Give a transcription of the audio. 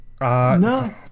No